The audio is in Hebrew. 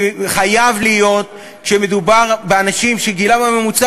זה חייב להיות כי כשמדובר באנשים שגילם הממוצע